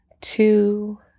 two